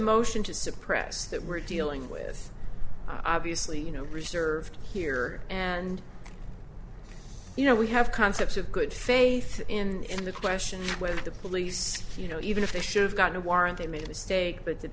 motion to suppress that we're dealing with obviously you know preserved here and you know we have concepts of good faith in the question of whether the police you know even if they should have gotten a warrant they made a mistake but